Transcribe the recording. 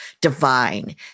divine